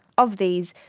of these,